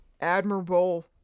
admirable